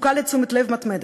זקוקה לתשומת לב מתמדת,